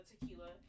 tequila